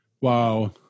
wow